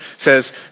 says